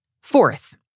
Fourth